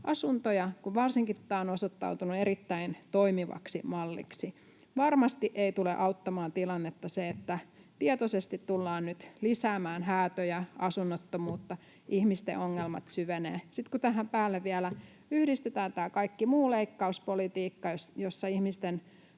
asuntoja, varsinkin kun tämä on osoittautunut erittäin toimivaksi malliksi. Varmasti ei tule auttamaan tilannetta se, että tietoisesti tullaan nyt lisäämään häätöjä, asunnottomuutta, ihmisten ongelmat syvenevät. Sitten kun tähän päälle vielä yhdistetään tämä kaikki muu leikkauspolitiikka, jossa ihmisten